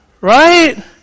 Right